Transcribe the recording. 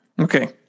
Okay